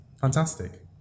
Fantastic